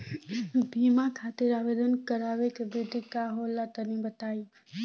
बीमा खातिर आवेदन करावे के विधि का होला तनि बताईं?